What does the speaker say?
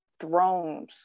Thrones